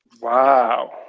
Wow